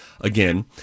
again